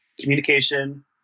communication